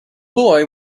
boy